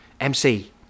MC